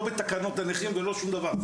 לא בתקנות הנכים ולא שום דבר.